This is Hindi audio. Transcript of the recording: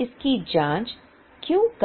अब एक परीक्षण संतुलन